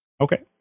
Okay